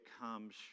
comes